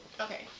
Okay